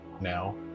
now